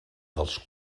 dels